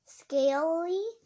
scaly